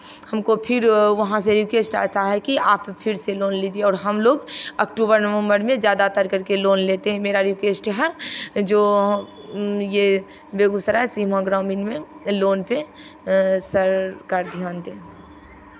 हमको फिर वहाँ से रिक्वेस्ट आता है कि आप फिर से लोन लीजिए और हम लोग अक्टूबर नवंबर में ज़्यादातर करके लोन लेते हैं मेरा रिक्वेस्ट है जो ये बेगूसराय सीमा ग्रामीण में लोन पर सरकार ध्यान दे